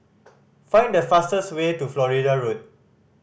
find the fastest way to Flora Road